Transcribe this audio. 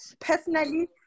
personally